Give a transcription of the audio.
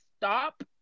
stop